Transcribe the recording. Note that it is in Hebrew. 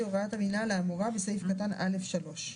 הוראת המינהל האמורה בסעיף קטן (א)(3).